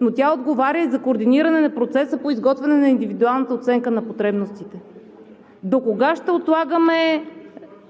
но тя отговаря и за координиране на процеса по изготвяне на индивидуалната оценка на потребностите. Докога ще отлагаме